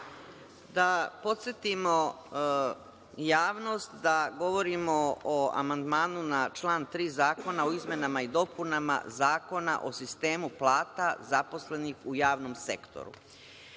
Da podsetimo javnost da govorimo o amandmanu na član 3. Zakona o izmenama i dopunama Zakona o sistemu plata zaposlenih u javnom sektoru.